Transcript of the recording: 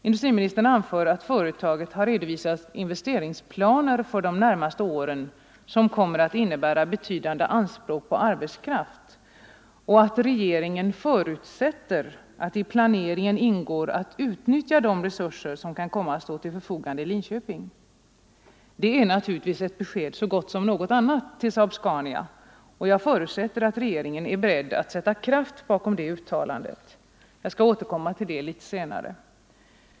Industriministern anför att företaget har redovisat investeringsplaner för de närmaste åren som kommer att innebära betydande anspråk på arbetskraft och att regeringen förutsätter att i planeringen ingår att utnyttja de resurser som kan komma att stå till förfogande i Linköping. Det är naturligtvis ett besked så gott som något annat till SAAB-Scania, och jag förutsätter att regeringen är beredd art sätta kraft bakom det uttalandet. — Jag skall återkomma till det litet senare.